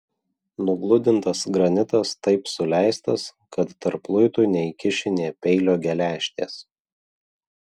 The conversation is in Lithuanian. nugludintas granitas taip suleistas kad tarp luitų neįkiši nė peilio geležtės